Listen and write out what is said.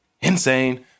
Insane